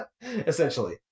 essentially